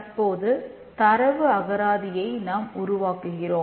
தற்போது தரவு அகராதியை நாம் உருவாக்குகிறோம்